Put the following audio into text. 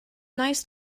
nice